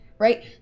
Right